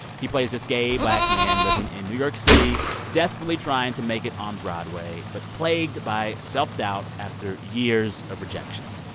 he plays this gay black man living in new york city desperately trying to make it on broadway but plagued by self-doubt after years of rejection.